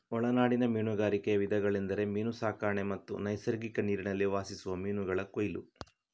ಒಳನಾಡಿನ ಮೀನುಗಾರಿಕೆಯ ವಿಧಗಳೆಂದರೆ ಮೀನು ಸಾಕಣೆ ಮತ್ತು ನೈಸರ್ಗಿಕ ನೀರಿನಲ್ಲಿ ವಾಸಿಸುವ ಮೀನುಗಳ ಕೊಯ್ಲು